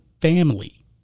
family